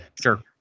Sure